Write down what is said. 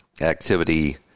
activity